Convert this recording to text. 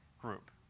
group